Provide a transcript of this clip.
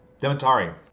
Demetari